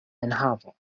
enhavo